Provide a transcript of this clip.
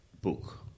book